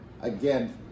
again